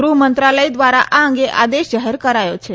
ગૃહમંત્રાલય દ્વારા આ અંગે આદેશ જાહેર કરાયો છે